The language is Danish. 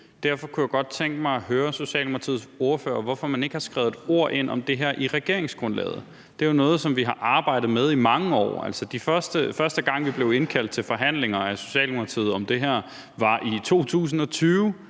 Derfor kunne jeg godt tænke mig at høre Socialdemokratiets ordfører, hvorfor man ikke har skrevet et ord om det her ind i regeringsgrundlaget. Det er jo noget, som vi har arbejdet med i mange år. Altså, første gang, vi blev indkaldt af Socialdemokratiet til forhandlinger om det her, var i 2020